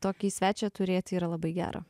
tokį svečią turėt yra labai gera